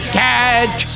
catch